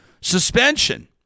suspension